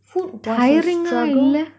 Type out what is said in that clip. food was a struggle